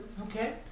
Okay